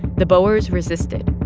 the boers resisted.